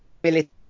ability